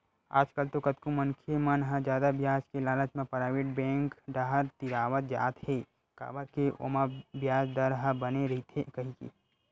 आजकल तो कतको मनखे मन ह जादा बियाज के लालच म पराइवेट बेंक डाहर तिरावत जात हे काबर के ओमा बियाज दर ह बने रहिथे कहिके